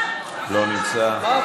לא נמצא,